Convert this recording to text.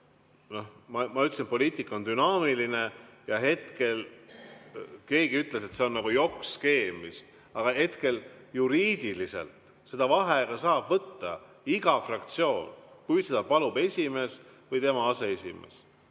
Ma ütlesin, et poliitika on dünaamiline, ja keegi ütles, et see on nagu jokk-skeem. Aga hetkel juriidiliselt saab vaheaega võtta iga fraktsioon, kui seda palub esimees või tema aseesimees.